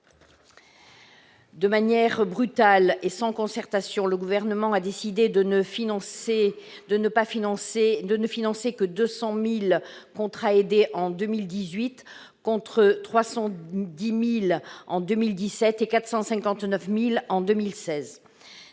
De manière brutale et sans concertation, le Gouvernement a décidé de ne financer que 200 000 contrats aidés en 2018, contre 310 000 en 2017 et 459 000 en 2016.